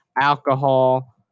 alcohol